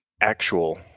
Actual